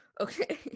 Okay